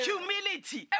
Humility